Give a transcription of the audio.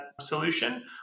solution